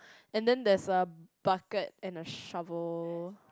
and then there's a bucket and a shovel